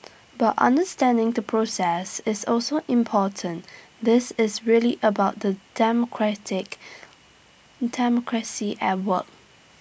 but understanding the process is also important this is really about the democratic democracy at work